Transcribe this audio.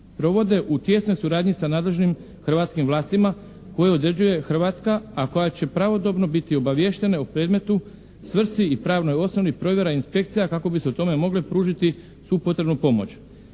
provode u tijesnoj suradnji sa nadležnim hrvatskim vlastima koje određuje Hrvatska a koja će pravodobno biti obaviještene o predmetu, svrsi i pravnoj osnovi, provjera inspekcija kako bi se o tome mogle pružiti svu potrebnu pomoć.